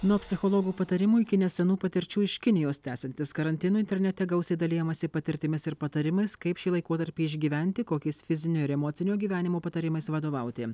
nuo psichologų patarimų iki nesenų patirčių iš kinijos tęsiantis karantinui internete gausiai dalijamasi patirtimis ir patarimais kaip šį laikotarpį išgyventi kokiais fizinio ir emocinio gyvenimo patarimais vadovauti